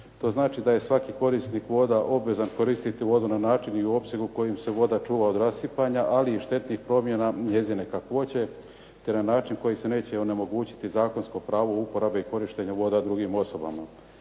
To znači da je svaki korisnik voda obvezan koristiti vodu na način i u opsegu kojim se voda čuva od rasipanja, ali i štetnih promjena njezine kakvoće, te na način na kojim se neće onemogućiti zakonsko pravo uporabe i korištenja voda drugim osobama.